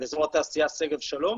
באזור התעשייה שגב שלום,